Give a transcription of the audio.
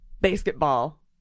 Basketball